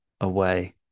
away